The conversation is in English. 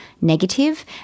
negative